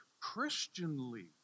Christianly